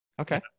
Okay